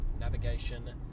Navigation